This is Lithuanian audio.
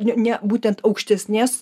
ne ne būtent aukštesnės